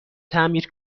تعمیر